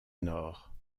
nord